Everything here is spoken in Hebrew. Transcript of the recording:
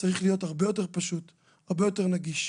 צריך להיות הרבה יותר פשוט והרבה יותר נגיש.